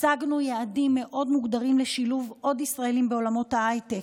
הצגנו יעדים מאוד מוגדרים לשילוב עוד ישראלים בעולמות ההייטק,